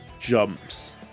jumps